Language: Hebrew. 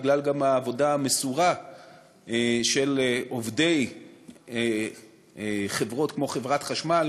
בגלל העבודה המסורה של עובדי חברות כמו חברת חשמל,